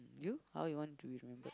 you how you want to be remembered